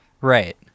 Right